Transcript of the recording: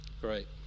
great